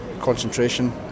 concentration